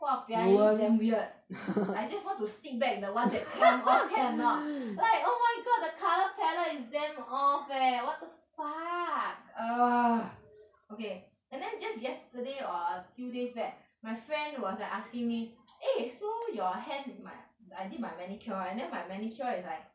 !wahpiang! it looks damn weird I just want to stick back the one that come off can or not like oh my god the colour palette is damn off eh what the fuck ugh okay and then just yesterday or a few days back my friend was like asking me eh so your hand my I did my manicure right and then my manicure is like